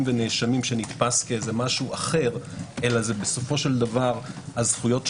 ונאשמים שנתפס כמשהו אחר אלא זה הזכויות של כולנו,